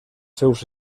seus